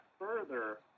further